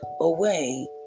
away